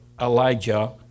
Elijah